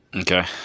Okay